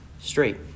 straight